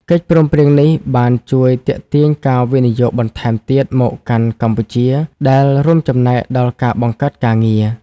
កិច្ចព្រមព្រៀងនេះបានជួយទាក់ទាញការវិនិយោគបន្ថែមទៀតមកកាន់កម្ពុជា ដែលរួមចំណែកដល់ការបង្កើតការងារ។